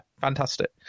fantastic